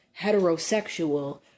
heterosexual